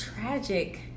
tragic